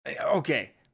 okay